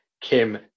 kim